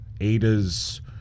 Ada's